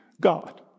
God